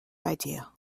idea